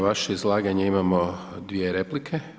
Na vaše izlaganje imamo dvije replike.